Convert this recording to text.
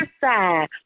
side